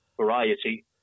variety